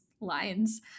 lines